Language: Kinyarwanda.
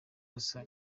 gusa